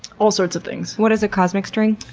all sorts of things. what is a cosmic string?